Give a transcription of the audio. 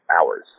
hours